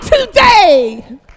today